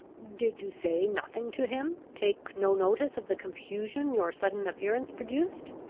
did you say nothing to him take no notice of the confusion your sudden appearance produced?